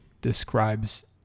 describes